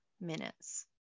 minutes